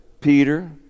Peter